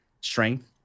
strength